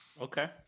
Okay